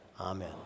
Amen